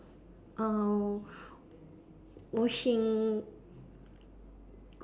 uh washing